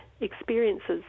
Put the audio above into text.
experiences